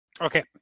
Okay